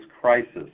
crisis